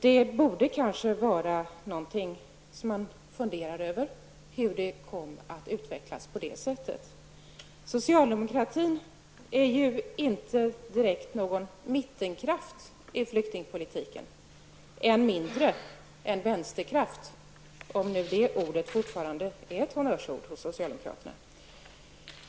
Det finns kanske anledning att fundera över hur det kommer sig att det har utvecklats på det sättet. Socialdemokratin är ju inte direkt någon mittenkraft i flyktingpolitiken och än mindre en vänsterkraft, om nu det ordet fortfarande är ett honnörsord för socialdemokraterna.